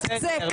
ולצקצק.